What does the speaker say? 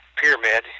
pyramid